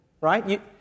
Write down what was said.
Right